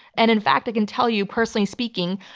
and in fact, i can tell you personally speaking,